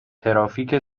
ترافیک